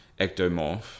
ectomorph